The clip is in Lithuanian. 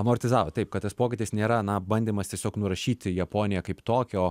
amortizavo taip kad tas pokytis nėra na bandymas tiesiog nurašyti japoniją kaip tokią o